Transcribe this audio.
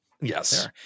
Yes